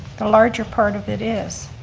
the larger part of it is.